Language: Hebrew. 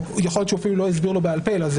או יכול להיות שהוא אפילו לא הסביר לו בעל פה אלא זה